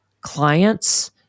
clients